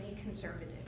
conservative